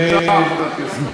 בבקשה, חבר הכנסת.